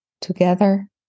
Together